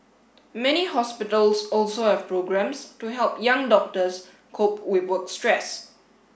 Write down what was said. many hospitals also have programmes to help young doctors cope with work stress